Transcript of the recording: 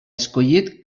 escollit